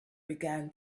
began